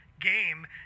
game